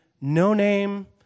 no-name